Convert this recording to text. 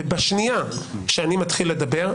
ובשנייה שאני מתחיל לדבר,